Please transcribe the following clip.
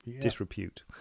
Disrepute